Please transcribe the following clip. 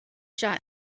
shot